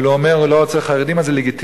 אבל הוא אומר שהוא לא רוצה חרדים, אז זה לגיטימי.